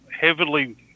heavily